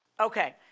Okay